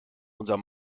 unser